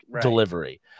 delivery